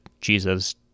Jesus